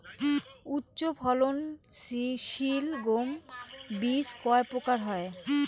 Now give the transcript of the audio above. উচ্চ ফলন সিল গম বীজ কয় প্রকার হয়?